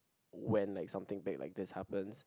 when like something big like this happens